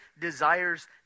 desires